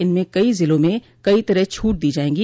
इनमें कई जिलों में कई तरह छूट दी जाएंगी